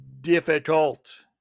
difficult